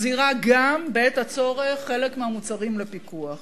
מחזירה בעת הצורך חלק מהמוצרים לפיקוח.